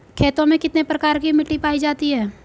खेतों में कितने प्रकार की मिटी पायी जाती हैं?